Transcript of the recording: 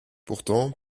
pourtant